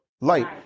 light